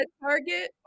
Target